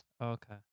Okay